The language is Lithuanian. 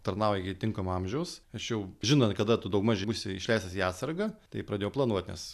tarnauji iki tinkamo amžiaus aš jau žinant kada tu daugmaž būsi išleistas į atsargą tai pradėjau planuot nes